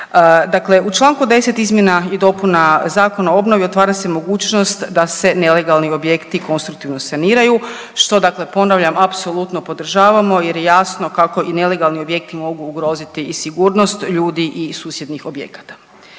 Dakle u čl. 10 izmjena i dopuna Zakona o obnovi otvara se mogućnost da se nelegalni objekti konstruktivno saniraju, što dakle ponavljam, apsolutno podržavamo jer je jasno kako i nelegalni objekti mogu ugroziti i sigurnost ljudi i susjednih objekata.